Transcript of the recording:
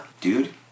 Dude